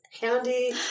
handy